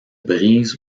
brise